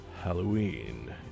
Halloween